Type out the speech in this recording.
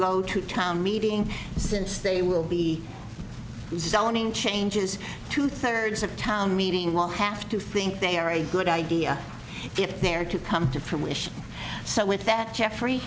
go to town meeting since they will be zoning changes two thirds of the town meeting will have to think they are a good idea if they're to come to fruition so with that jeffrey